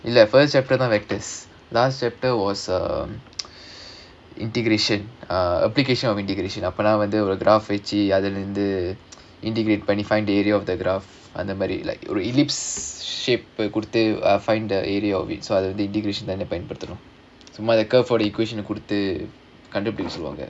இல்ல:illa first chapter தான்:thaan vectors last chapter was um integration uh application of integration அப்போதான் வந்து:appothaan vandhu find the area of the graph அந்த மாதிரி:andha maadhiri like ellipse shape கொடுத்து:koduthu find the area of it so integration leh பயன்படுத்துறோம்:payanpaduthurom for the equation குடுத்து கண்டுபிடிக்க சொல்வாங்க:kuduthu kandupidikka solvaanga